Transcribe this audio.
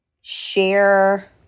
share